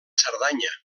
cerdanya